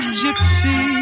gypsy